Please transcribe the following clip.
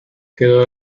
quedó